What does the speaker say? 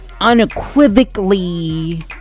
unequivocally